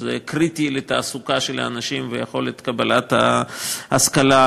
שזה קריטי לתעסוקה של האנשים וליכולת קבלת השכלה,